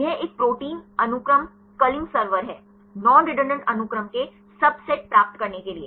यह एक प्रोटीन अनुक्रम कलिंग सर्वर है नॉन रेडंडान्त अनुक्रम के सबसेट प्राप्त करने के लिए